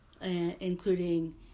including